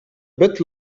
bit